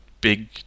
big